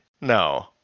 No